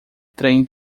trem